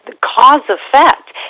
cause-effect